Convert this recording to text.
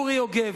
אורי יוגב.